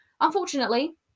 Unfortunately